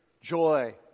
joy